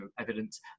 evidence